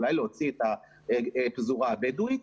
אולי להוציא את הפזורה הבדואית,